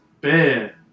Beer